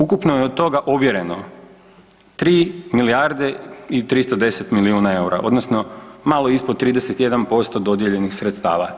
Ukupno je od toga ovjereno 3 milijarde i 310 milijuna eura odnosno malo ispod 31% dodijeljenih sredstava.